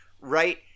right